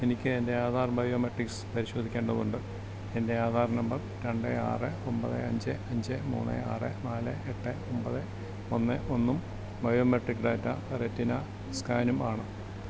എനിക്ക് എന്റെ ആധാർ ബയോമെട്രിക്സ് പരിശോധിക്കേണ്ടതുണ്ട് എന്റെ ആധാർ നമ്പർ രണ്ട് ആറ് ഒമ്പത് അഞ്ച് അഞ്ച് മൂന്ന് ആറ് നാല് എട്ട് ഒമ്പത് ഒന്ന് ഒന്നും ബയോമെട്രിക് ഡാറ്റ റെറ്റിന സ്കാനും ആണ്